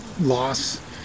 loss